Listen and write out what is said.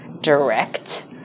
direct